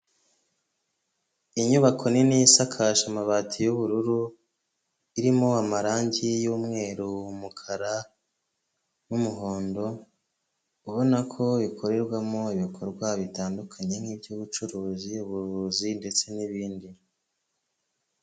Inyubako nini yisakaje amabati y'ubururu irimo amarangi y'umweru umukara n'umuhondo ubona ko ikorerwamo ibikorwa bitandukanye nk'ibyubucuruzi, ubuvuzi ndetse n'ibindi.